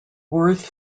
worth